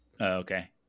Okay